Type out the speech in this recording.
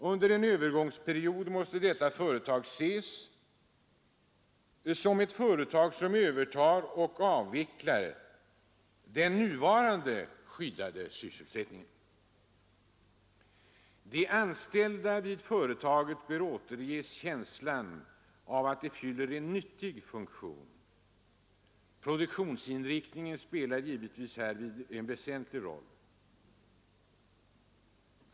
Under en övergångstid måste detta företag ses som ett företag, som övertar och avvecklar den nuvarande skyddade sysselsättningen. De anställda vid företaget bör återges känslan av att de fyller en nyttig funktion. Produktionsinriktningen spelar härvidlag givetvis en rätt väsentlig roll.